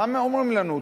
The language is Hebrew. מה הם אומרים לנו?